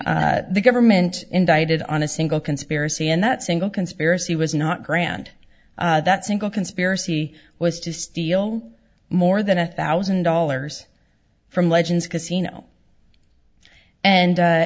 the government indicted on a single conspiracy and that single conspiracy was not grand that single conspiracy was to steal more than a thousand dollars from legends casino and